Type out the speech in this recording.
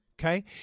okay